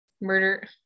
murder